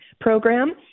program